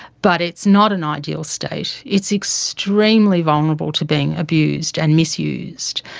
but it's not an ideal state. it's extremely vulnerable to being abused and misused.